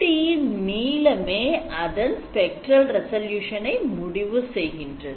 DFT இன் நீளமே அதன் spectral resolution ஐ முடிவு செய்கின்றது